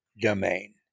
domain